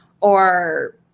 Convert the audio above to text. or-